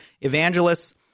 evangelists